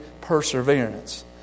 perseverance